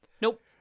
Nope